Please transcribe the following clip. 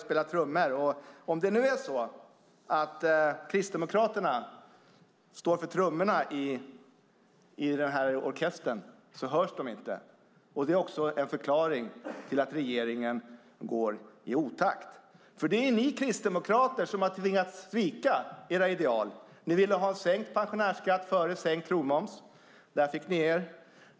Om det nu är Kristdemokraterna som står för trummorna i orkestern så hörs de inte, och det är också en förklaring till att regeringen går i otakt. Det är ni kristdemokrater som har tvingats svika era ideal. Ni ville ha en sänkt pensionärsskatt före sänkt krogmoms. Där fick ni ge er.